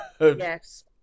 yes